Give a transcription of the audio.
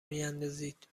میندازید